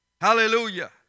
Hallelujah